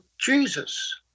Jesus